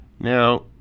Now